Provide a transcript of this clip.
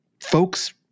folks